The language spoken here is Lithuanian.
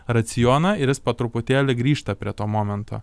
racioną ir po truputėlį grįžta prie to momento